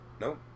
Nope